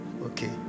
Okay